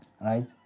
right